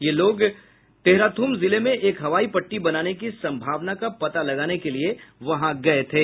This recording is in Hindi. ये लोग तेहराथ्रम जिले में एक हवाई पट्टी बनाने की संभावना का पता लगाने के लिए वहां गए थे